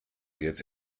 jetzt